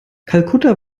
kalkutta